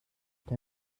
der